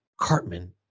Cartman